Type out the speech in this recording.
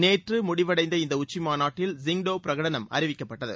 நேற்று முடிவடைந்த இந்த உச்சிமாநாட்டில் சிங்டோ பிரகடனம் அறிவிக்கப்பட்டது